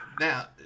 Now